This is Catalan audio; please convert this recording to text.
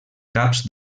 caps